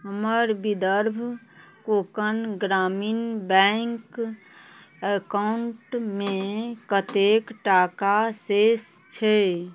हमर विदर्भ कोकण ग्रामीण बैंक अकाउंटमे कतेक टाका शेष छै